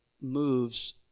moves